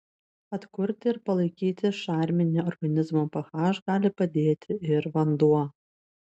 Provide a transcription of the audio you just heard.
atkurti ir palaikyti šarminį organizmo ph gali padėti ir vanduo